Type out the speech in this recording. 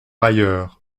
ailleurs